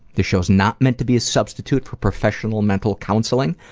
this show is not meant to be a substitute for professional, mental counseling.